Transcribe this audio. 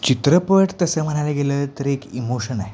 चित्रपट तसं म्हणायला गेलं तर एक इमोशन आहे